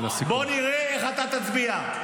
בוא נראה איך אתה תצביע.